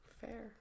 fair